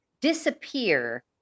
disappear